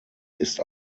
ist